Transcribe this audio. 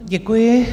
Děkuji.